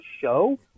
show